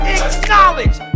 acknowledge